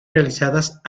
realizadas